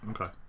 Okay